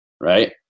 right